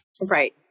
Right